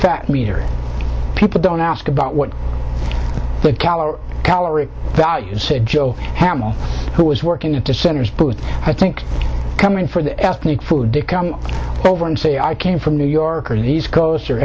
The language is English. fat meter people don't ask about what the calorie calorie value said joe hamill who was working at the center's booth i think coming for the ethnic food to come over and say i came from new york or these coast or